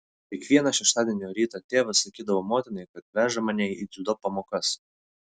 kiekvieną šeštadienio rytą tėvas sakydavo motinai kad veža mane į dziudo pamokas